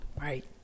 Right